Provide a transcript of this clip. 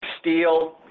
steel